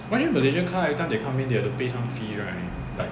!wah! actually malaysia car every time they come in they have to pay some fee right like